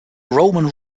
roman